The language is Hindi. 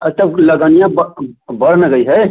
अ तो लगन बड़ बढ़ ना गई है